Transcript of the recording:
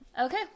Okay